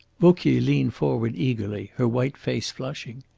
vauquier leaned forward eagerly, her white face flushing.